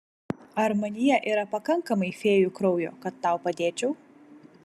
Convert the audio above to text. ar manyje yra pakankamai fėjų kraujo kad tau padėčiau